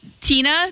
Tina